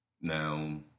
Now